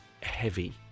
heavy